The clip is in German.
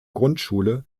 grundschule